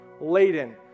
laden